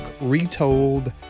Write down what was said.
retold